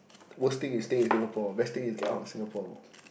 worst thing is stay in Singapore best thing is get out of Singapore